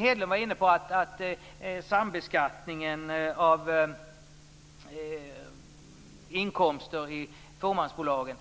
Hedlund var inne på sambeskattningen av inkomster i fåmansbolagen.